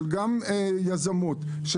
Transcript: גם יזמות,